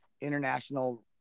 international